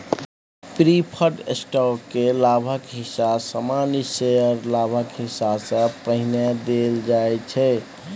preferred stock केर लाभक हिस्सा सामान्य शेयरक लाभक हिस्सा सँ पहिने देल जाइ छै